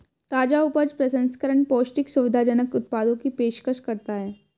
ताजा उपज प्रसंस्करण पौष्टिक, सुविधाजनक उत्पादों की पेशकश करता है